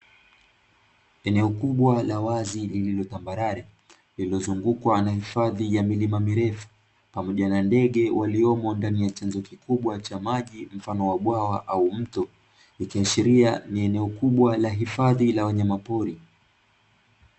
Eneo kubwa ka wazi lililotambarare lililozungukwa na hifadhi ya milima mirefu, pamoja na ndege waliopo ndani ya chanzo kikubwa cha maji mfano wa bwawa au mto, ikiashiria ni eneo kubwa la hifadhi ya wanyama pori.